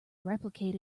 replicate